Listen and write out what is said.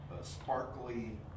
sparkly